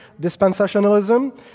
dispensationalism